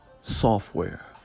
software